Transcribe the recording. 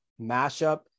mashup